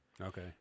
Okay